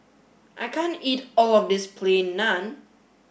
I can't eat all of this Plain Naan